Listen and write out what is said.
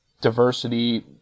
diversity